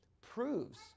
proves